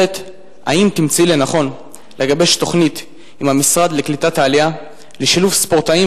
2. האם תמצאי לנכון לגבש תוכנית עם המשרד לקליטת העלייה לשילוב ספורטאים